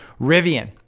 Rivian